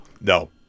No